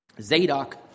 Zadok